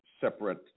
separate